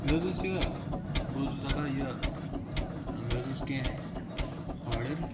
مےٚ حٕظ اوس یہِ بہٕ حٕظ اوسُس دَپان یہِ مےٚ حٕظ اوس کینٛہہ آرڈَر